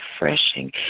refreshing